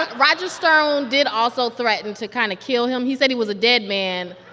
but roger stone did also threaten to kind of kill him. he said he was a dead man.